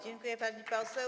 Dziękuję, pani poseł.